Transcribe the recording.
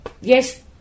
yes